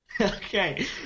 Okay